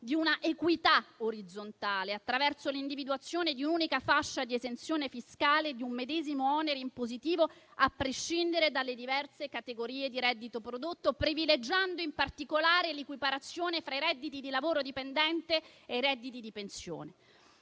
di un'equità orizzontale attraverso l'individuazione di un'unica fascia di esenzione fiscale e di un medesimo onere impositivo, a prescindere dalle diverse categorie di reddito prodotto, privilegiando in particolare l'equiparazione fra i redditi di lavoro dipendente e i redditi di pensione.